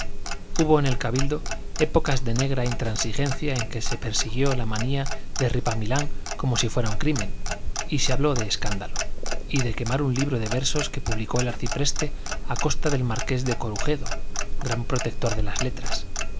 hubo en el cabildo épocas de negra intransigencia en que se persiguió la manía de ripamilán como si fuera un crimen y se habló de escándalo y de quemar un libro de versos que publicó el arcipreste a costa del marqués de corujedo gran protector de las letras